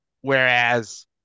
Whereas